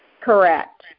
Correct